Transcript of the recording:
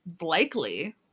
likely